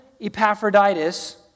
Epaphroditus